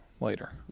later